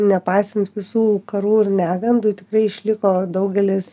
nepaisant visų karų ir negandų tikrai išliko daugelis